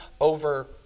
over